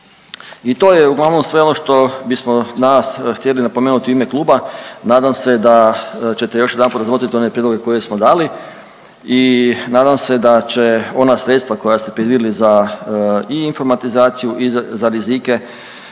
I to je uglavnom sve ono što bismo danas htjeli napomenuti u ime kluba. Nadam se da ćete još jedanput razmotriti one prijedloge koje smo dali i nadam se da će ona sredstva koja ste predvidjeli za i informatizaciju i za rizike